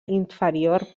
inferior